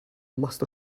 must